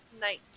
night